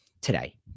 today